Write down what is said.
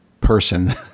person